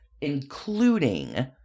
including